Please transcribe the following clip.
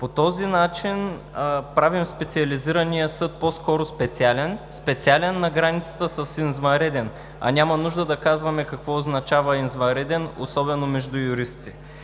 По този начин правим Специализирания съд по-скоро специален, на границата с извънреден, а няма нужда да казваме какво означава „извънреден“, особено между юристи.